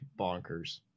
Bonkers